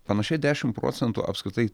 panašiai dešimt procentų apskritai